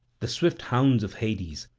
the swift hounds of hades,